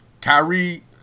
Kyrie